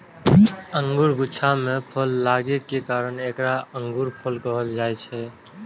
अंगूर जकां गुच्छा मे फल लागै के कारण एकरा अंगूरफल कहल जाइ छै